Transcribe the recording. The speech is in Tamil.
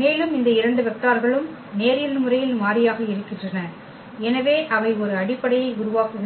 மேலும் இந்த இரண்டு வெக்டார்களும் நேரியல் முறையில் மாறியாக இருக்கின்றன எனவே அவை ஒரு அடிப்படையை உருவாக்குகின்றன